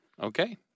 Okay